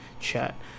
chat